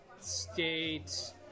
state